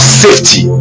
safety